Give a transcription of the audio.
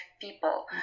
people